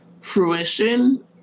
fruition